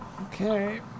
Okay